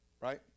Right